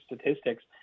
statistics